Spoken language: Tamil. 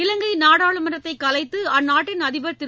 இலங்கை நாடாளுமன்றத்தைக் கலைத்து அந்நாட்டின் அதிபர் திரு